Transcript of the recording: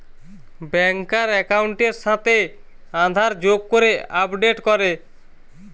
ব্যাংকার একাউন্টের সাথে আধার যোগ করে আপডেট করে